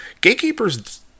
gatekeepers